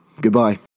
Goodbye